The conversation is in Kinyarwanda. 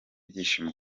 byishimo